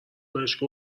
بهش